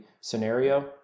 scenario